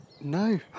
No